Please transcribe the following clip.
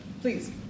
Please